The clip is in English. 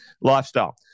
Lifestyle